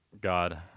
God